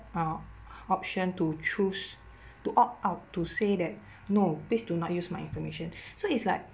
uh option to choose to opt out to say that no please do not use my information so it's like